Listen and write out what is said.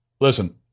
Listen